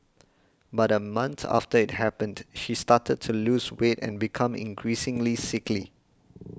but a month after it happened she started to lose weight and became increasingly sickly